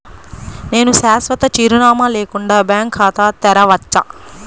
నేను శాశ్వత చిరునామా లేకుండా బ్యాంక్ ఖాతా తెరవచ్చా?